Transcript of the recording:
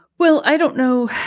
well, i don't know.